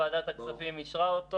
ועדת הכספים אישרה אותו